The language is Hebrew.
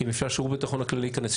אם אפשר ששירות הביטחון הכללי ייכנס,